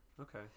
okay